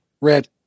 Red